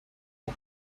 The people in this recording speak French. aux